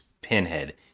Pinhead